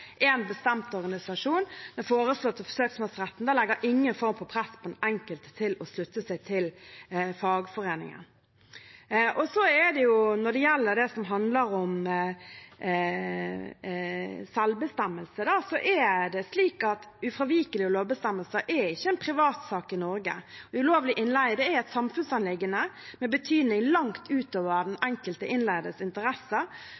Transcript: en bestemt organisasjon. Den foreslått søksmålsretten legger ingen form for press på den enkelte til å slutte seg til fagforeningen. Når det gjelder det som handler om selvbestemmelse, er det slik at ufravikelige lovbestemmelser er ikke en privatsak i Norge. Ulovlig innleie er et samfunnsanliggende med betydning langt utover den enkelte innleides interesser.